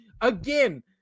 again